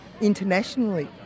internationally